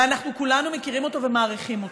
ואנחנו כולנו מכירים אותו ומעריכים אותו,